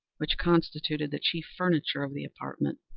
which constituted the chief furniture of the apartment.